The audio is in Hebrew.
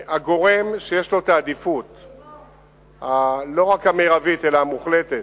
הגורם בעל העדיפות, לא רק המרבית אלא המוחלטת,